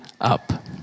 up